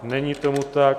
Není tomu tak.